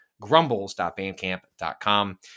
grumbles.bandcamp.com